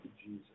Jesus